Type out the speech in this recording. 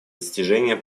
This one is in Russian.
достижения